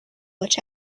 which